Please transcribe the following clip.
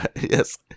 Yes